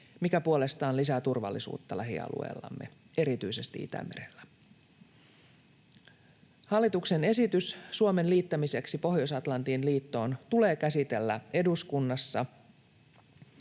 mikä puolestaan lisää turvallisuutta lähialueillamme, erityisesti Itämerellä. Hallituksen esitys Suomen liittämiseksi Pohjois-Atlantin liittoon tulee käsitellä eduskunnassa